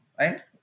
Right